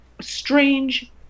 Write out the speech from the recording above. strange